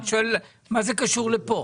אני שואל מה זה קשור לפה?